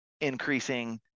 increasing